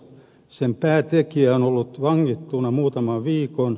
sen päätekijä oli vangittuna muutaman viikon